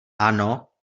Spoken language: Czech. ano